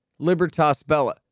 Libertasbella